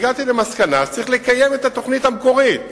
והגעתי למסקנה שצריך לקיים את התוכנית המקורית